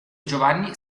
giovanni